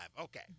Okay